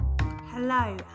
Hello